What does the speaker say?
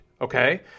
Okay